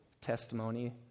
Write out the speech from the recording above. Testimony